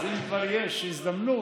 אם כבר יש הזדמנות,